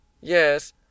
yes